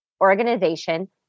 organization